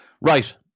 right